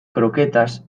croquetas